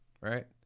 right